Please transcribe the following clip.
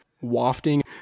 wafting